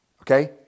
Okay